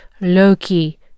Loki